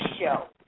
show